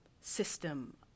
system